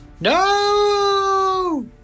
No